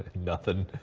nothing.